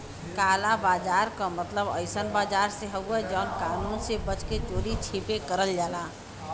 काला बाजार क मतलब अइसन बाजार से हउवे जौन कानून से बच के चोरी छिपे करल जाला